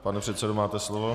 Pane předsedo, máte slovo.